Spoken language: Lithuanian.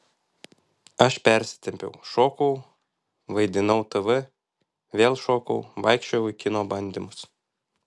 aš persitempiau šokau vaidinau tv vėl šokau vaikščiojau į kino bandymus